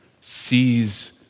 sees